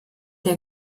der